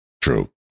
True